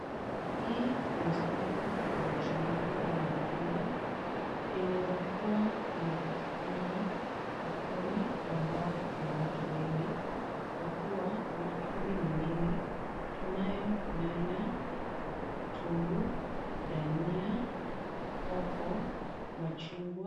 Hii ni soko la mchuuzi au matunda. Linaeza kuwa linapatikana sokoni ambao kuna watu wengi kwa kuwa vitu hivi ni mingi. Tunayo nyanya, kitunguu, dania, hoho, machungwa.